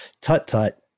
Tut-tut